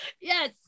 yes